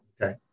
okay